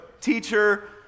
teacher